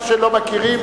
מה שלא מכירים,